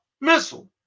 missile